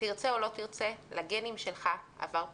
תרצה או לא תרצה, לגנים שלך עבר פוליטי,